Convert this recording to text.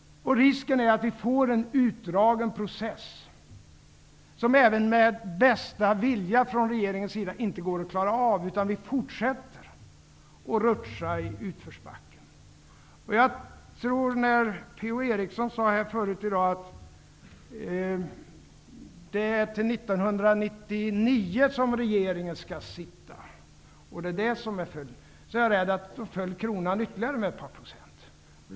Risken är att vi får en utdragen process som även med bästa vilja från regeringens sida inte går att klara av, utan vi fortsätter att rutscha i utförsbacken. Per-Ola Eriksson sade förut i dag att det är till 1999 som regeringen skall sikta. Jag är rädd för att kronan då faller ytterligare med ett par procent.